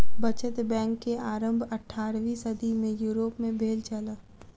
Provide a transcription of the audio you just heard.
बचत बैंक के आरम्भ अट्ठारवीं सदी में यूरोप में भेल छल